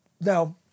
Now